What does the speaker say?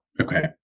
Okay